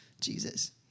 Jesus